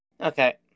Okay